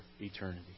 eternity